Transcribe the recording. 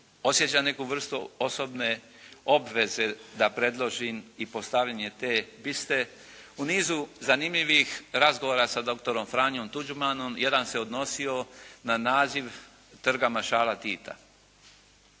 osjećam neku vrstu osobne obveze da preložim i postavljanje te biste. U nizu zanimljivih razgovora sa doktorom Franjom Tuđmanom jedan se odnosio na naziv Trga Maršala Tita.